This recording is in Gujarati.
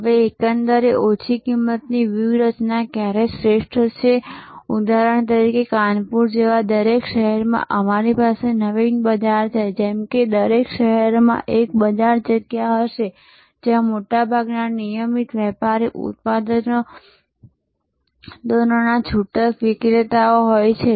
હવે એકંદરે ઓછી કિંમતની વ્યૂહરચના ક્યારે શ્રેષ્ઠ છે ઉદાહરણ તરીકે કાનપુર જેવા દરેક શહેરમાં અમારી પાસે નવીન બજાર છે જેમ કે દરેક શહેરમાં એક બજાર જગ્યા હશે જ્યાં મોટા ભાગના નિયમિત વેપારી ઉત્પાદનોના છૂટક વિક્રેતાઓ હોય છે